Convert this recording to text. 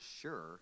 sure